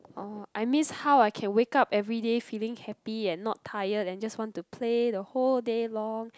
oh I miss how I can wake up everyday feeling happy and not tired and just want to play the whole day long